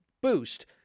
boost